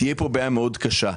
תהיה פה בעיה מאוד קשה.